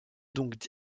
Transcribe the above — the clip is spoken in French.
donc